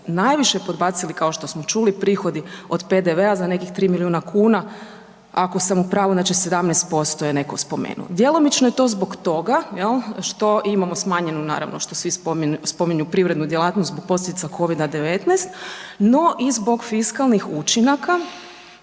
najviše podbacili, kao što smo čuli, prihodi od PDV-a za nekih 3 milijuna kuna, ako sam u pravu, znači 17% je netko spomenuo. Djelomično je to zbog toga je li, što imamo smanjenu, naravno, što svi spominju privrednu djelatnost, zbog posljedica Covida-19 no i zbog fiskalnih učinaka